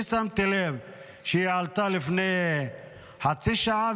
אני שמתי לב שכשהיא עלתה לפני חצי שעה,